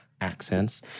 accents